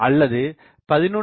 அல்லது 11